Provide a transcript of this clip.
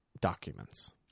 documents